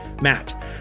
Matt